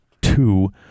two